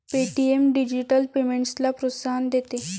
Paytm digital पेमेंट्सला प्रोत्साहन देते